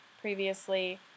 previously